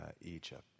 Egypt